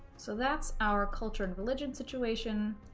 so that's our culture and religion situation.